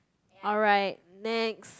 alright next